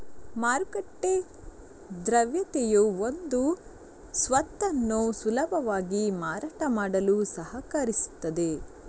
ಮಾರುಕಟ್ಟೆ ದ್ರವ್ಯತೆಯು ಒಂದು ಸ್ವತ್ತನ್ನು ಸುಲಭವಾಗಿ ಮಾರಾಟ ಮಾಡಲು ಸಹಕರಿಸುತ್ತದೆ